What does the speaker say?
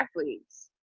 athletes